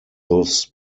thus